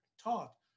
taught